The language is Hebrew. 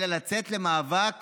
אלא לצאת למאבק